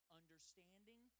understanding